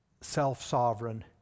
self-sovereign